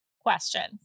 questions